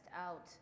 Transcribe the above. out